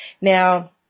Now